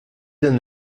d’un